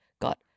got